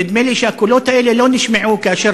נדמה לי שהקולות האלה לא נשמעו כאשר